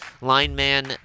lineman